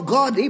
God